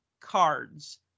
cards